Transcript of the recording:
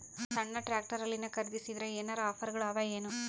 ಸಣ್ಣ ಟ್ರ್ಯಾಕ್ಟರ್ನಲ್ಲಿನ ಖರದಿಸಿದರ ಏನರ ಆಫರ್ ಗಳು ಅವಾಯೇನು?